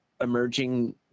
emerging